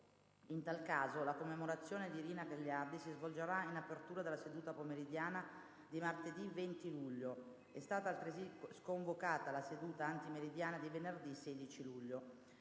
In tal caso la commemorazione di Rina Gagliardi si svolgerà in apertura della seduta pomeridiana di martedì 20 luglio. È stata altresì sconvocata la seduta antimeridiana di venerdì 16 luglio.